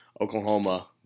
Oklahoma